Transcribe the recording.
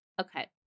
okay